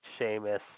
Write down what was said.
Seamus